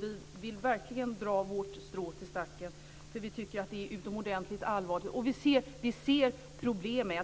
Vi vill verkligen dra vårt strå till stacken. Vi tycker att detta är utomordentligt allvarligt. Vi ser problemen.